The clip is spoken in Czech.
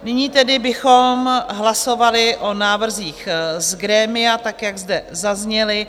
Nyní tedy bychom hlasovali o návrzích z grémia tak, jak zde zazněly.